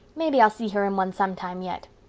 maybe i'll see her in one sometime yet.